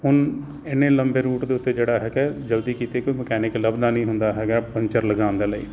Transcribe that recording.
ਹੁਣ ਇੰਨੇ ਲੰਬੇ ਰੂਟ ਦੇ ਉੱਤੇ ਜਿਹੜਾ ਹੈਗਾ ਜਲਦੀ ਕਿਤੇ ਕੋਈ ਮਕੈਨਿਕ ਲੱਭਦਾ ਨਹੀਂ ਹੁੰਦਾ ਹੈਗਾ ਪੰਚਰ ਲਗਾਉਣ ਦੇ ਲਈ